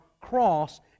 cross